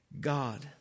God